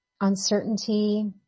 uncertainty